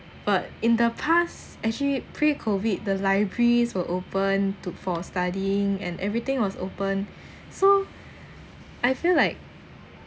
but in the past actually pre COVID the libraries were opened to for studying and everything was open so I feel like